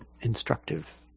instructive